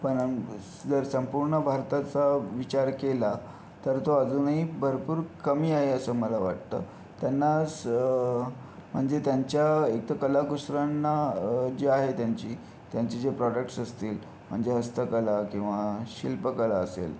पण जर संपूर्ण भारताचा विचार केला तर तो अजूनही भरपूर कमी आहे असं मला वाटतं त्यांना स म्हणजे त्यांच्या इथं कलाकुसरांना जी आहे त्यांची त्यांचे जे प्रॉडक्टस असतील म्हणजे हस्तकला किंवा शिल्पकला असेल